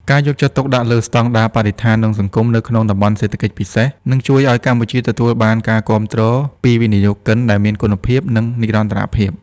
ការយកចិត្តទុកដាក់លើ "ស្ដង់ដារបរិស្ថាន និងសង្គម" នៅក្នុង តំបន់សេដ្ឋកិច្ចពិសេស នឹងជួយឱ្យកម្ពុជាទទួលបានការគាំទ្រពីវិនិយោគិនដែលមានគុណភាព និងនិរន្តរភាព។